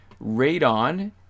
radon